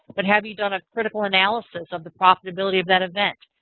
but have you done a critical analysis of the profitability of that event?